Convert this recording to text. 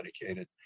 dedicated